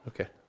Okay